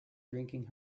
drinking